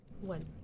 one